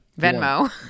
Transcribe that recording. Venmo